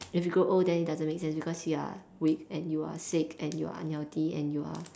if you grow then it doesn't make sense because you are weak and you are sick and you are unhealthy and you are